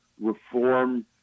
reform